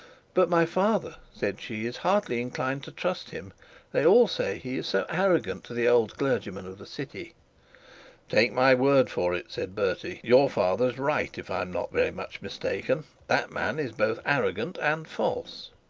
but my father said she, is hardly inclined to trust him they all say he is so arrogant to the old clergyman of the city take my word for it said bertie, your father is right. if i am not very much mistaken, that man is both arrogant and false